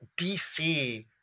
DC